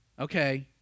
Okay